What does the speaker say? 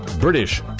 British